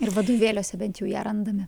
ir vadovėliuose bent jau ją randame